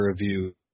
review